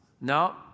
No